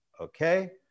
okay